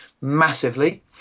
massively